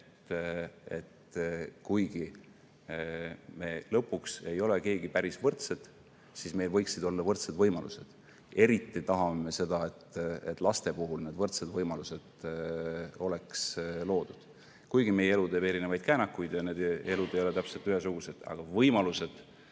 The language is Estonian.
et kuigi me lõpuks ei ole keegi teistega päris võrdsed, siis meil võiksid olla võrdsed võimalused. Eriti tahame seda, et laste puhul need võrdsed võimalused oleks loodud, kuigi meie elu teeb käänakuid ja elud ei ole täpselt ühesugused, aga võimalused